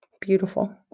Beautiful